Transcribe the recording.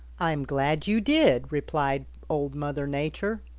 i'm glad you did, replied old mother nature.